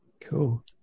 Cool